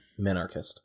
minarchist